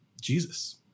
Jesus